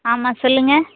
ஆமாம் சொல்லுங்கள்